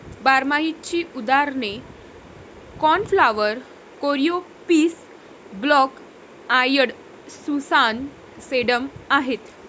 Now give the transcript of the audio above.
बारमाहीची उदाहरणे cornflower, coreopsis, black eyed Susan, sedum आहेत